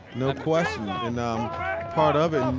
no question. and um part of it um